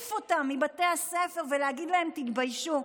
ולהעיף אותם מבתי הספר ולהגיד להם: תתביישו,